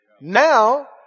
Now